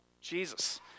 Jesus